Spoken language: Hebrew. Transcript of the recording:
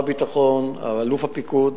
אלוף הפיקוד,